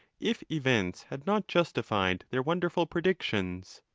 if events had not justified their wonderful predictions.